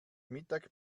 mittag